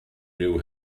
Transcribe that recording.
knew